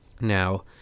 Now